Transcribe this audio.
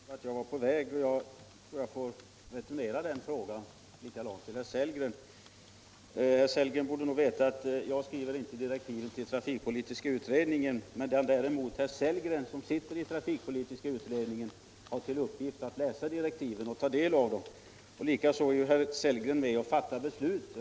Herr talman! Herr Sellgren frågade vart jag var på väg. Jag får returnera den frågan till herr Sellgren. Herr Sellgren borde veta att jag inte skrivit direktiven till trafikpolitiska utredningen. Herr Sellgren däremot. som sitter i trafikpolitiska utredningen och har till uppgift att ta del av direktiven och fatta beslut, borde veta vad de innehåller.